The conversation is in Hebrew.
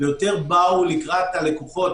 יותר באו לקראת הלקוחות,